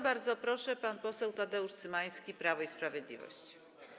Bardzo proszę, pan poseł Tadeusz Cymański, Prawo i Sprawiedliwość.